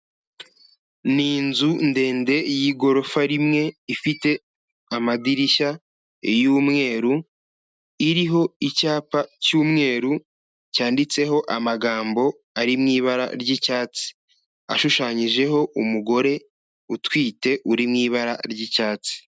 Ni inzu ndende y'igorofa rimwe ifite amadirishya y'umweru, iriho icyapa cy'umweru cyanditseho amagambo ari mu ibara ry'icyatsi, ashushanyijeho umugore utwite uri mu ibara ry'icyatsi.